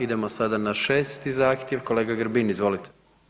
Idemo sada na 6. zahtjev, kolega Grbin, izvolite.